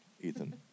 Ethan